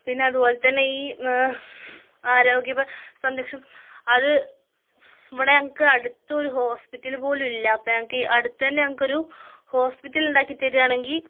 പിന്നെ അതുപോലെ തന്നെ ഈ ആരോഗ്യപരമായ സംരക്ഷണം അത് ഇവിടെ ഞങ്ങൾക്ക് അടുത്ത് ഒരു ഹോസ്പിറ്റല് പോലും ഇല്ല അപ്പം ഞങ്ങൾക്ക് അടുത്ത് തന്നെ ഞങ്ങൾക്ക് ഒരു ഹോസ്പിറ്റലുണ്ടാക്കി തരികയാണെങ്കിൽ